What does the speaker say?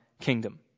kingdom